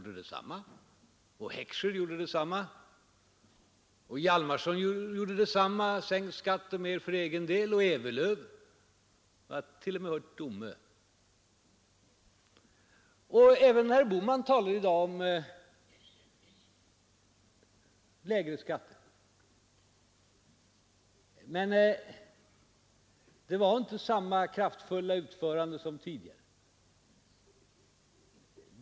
Detsamma gjorde Heckscher och Hjalmarson: ”Sänk skatten.” ”Mer för egen del.” Det gjorde också Ewerlöf, och jag har t.o.m. hört Domö göra det. Och även herr Bohman talade i dag om lägre skatter. Men det var inte samma kraftfulla utförande som tidigare.